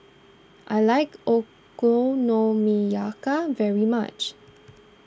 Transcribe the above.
I like Okonomiyaki very much